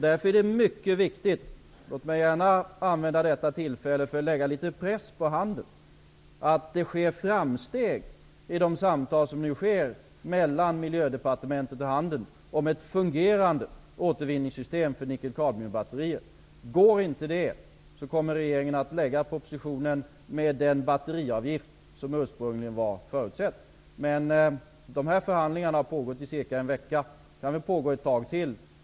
Därför är det mycket viktigt -- låt mig gärna använda detta tillfälle för att sätta litet press på handeln -- att det sker framsteg vid de samtal som nu sker mellan Miljödepartementet och handeln om ett fungerande återvinningssystem för nickel-kadmiumbatterier. Går inte det, kommer regeringen att lägga fram propositionen med den batteriavgift som ursprungligen var förutsedd. Dessa förhandlingar har pågått i drygt en vecka. De kan pågå ett tag till.